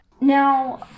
now